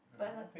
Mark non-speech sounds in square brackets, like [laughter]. but [noise]